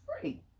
free